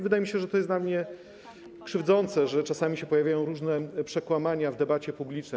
Wydaje mi się, że to jest dla mnie krzywdzące, że czasami się pojawiają różne przekłamania w debacie publicznej.